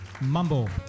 Mumble